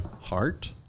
heart